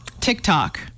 TikTok